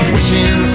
Wishing